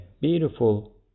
beautiful